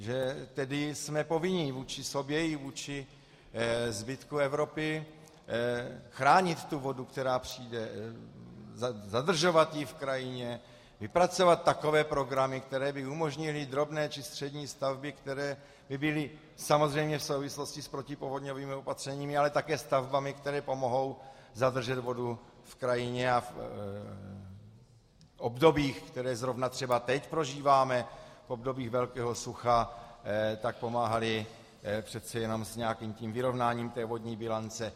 Že tedy jsme povinni vůči sobě i vůči zbytku Evropy chránit tu vodu, která přijde, zadržovat ji v krajině, vypracovat takové programy, které by umožnily drobné či střední stavby, které by byly samozřejmě v souvislosti s protipovodňovými opatřeními, ale také stavbami, které pomohou zdržet vodu v krajině a v obdobích, která zrovna třeba teď prožíváme, v obdobích velkého sucha, pomáhaly přece jen s nějakým tím vyrovnáním vodní bilance.